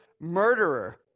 murderer